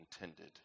intended